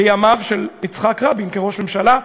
בימיו של יצחק רבין כראש ממשלה,